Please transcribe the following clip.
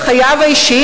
בחייו האישיים,